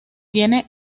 tiene